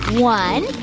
one,